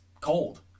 cold